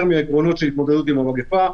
מהעקרונות של ההתמודדות עם המגיפה,